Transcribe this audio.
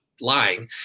lying